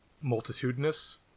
multitudinous